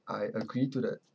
I agree to that